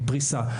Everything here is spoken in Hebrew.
פריסה,